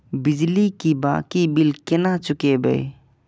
बिजली की बाकी बील केना चूकेबे?